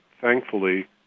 thankfully